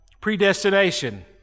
predestination